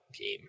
game